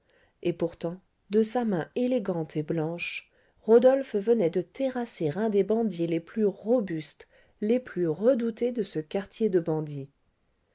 et pourtant de sa main élégante et blanche rodolphe venait de terrasser un des bandits les plus robustes les plus redoutés de ce quartier de bandits